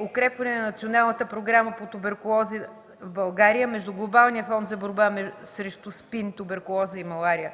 „Укрепване на националната програма по туберкулоза в България” между Глобалния фонд за борба срещу СПИН, туберкулоза и малария